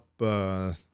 up